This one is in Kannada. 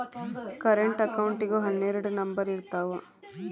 ಕರೆಂಟ್ ಅಕೌಂಟಿಗೂ ಹನ್ನೆರಡ್ ನಂಬರ್ ಇರ್ತಾವ